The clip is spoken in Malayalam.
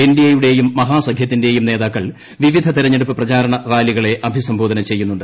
എൻഡിഎയുടെയും മഹാസഖൃത്തിന്റെയും നേതാക്കൾ വിവിധ തിരഞ്ഞെടുപ്പ് പ്രചാരണ റാലികളെ അഭിസംബോധന ചെയ്യുന്നുണ്ട്